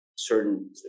certain